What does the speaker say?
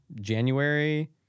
january